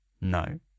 No